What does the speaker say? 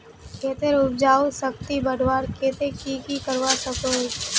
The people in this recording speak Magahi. खेतेर उपजाऊ शक्ति बढ़वार केते की की करवा सकोहो ही?